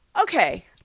Okay